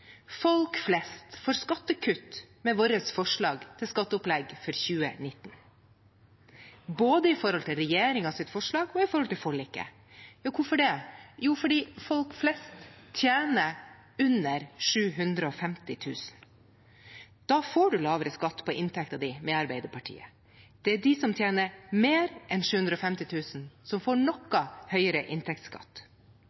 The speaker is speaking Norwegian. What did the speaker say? Folk flest får skattekutt med vårt forslag til skatteopplegg for 2019, både i forhold til regjeringens forslag og i forhold til forliket. Hvorfor det? Jo, fordi folk flest tjener under 750 000 kr. Da får du lavere skatt på inntekten din med Arbeiderpartiet. Det er de som tjener mer enn 750 000 kr, som får noe